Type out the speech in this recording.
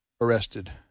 arrested